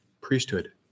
Priesthood